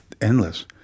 endless